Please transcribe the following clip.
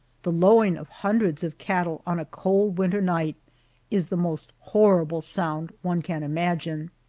the lowing of hundreds of cattle on a cold winter night is the most horrible sound one can imagine.